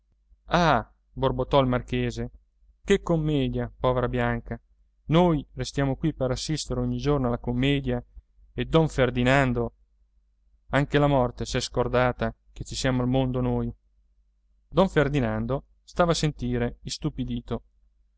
borbottò il marchese che commedia povera bianca noi restiamo qui per assistere ogni giorno alla commedia eh don ferdinando anche la morte s'è scordata che ci siamo al mondo noi don ferdinando stava a sentire istupidito